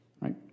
right